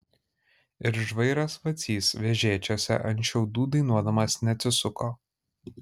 ir žvairas vacys vežėčiose ant šiaudų dainuodamas neatsisuko